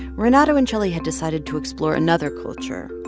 renato and shelly had decided to explore another culture.